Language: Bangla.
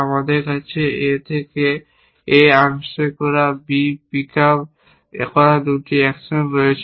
আমাদের কাছে A থেকে A আনস্ট্যাক করা বা B পিক আপ করার 2টি অ্যাকশন রয়েছে